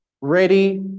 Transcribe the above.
ready